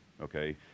okay